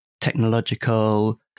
technological